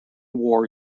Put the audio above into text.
war